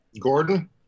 Gordon